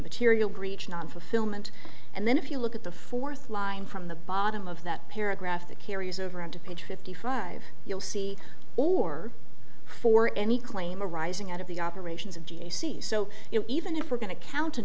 material breach not fulfillment and then if you look at the fourth line from the bottom of that paragraph that carries over into page fifty five you'll see or for any claim arising out of the operations of j c so it even if we're going to count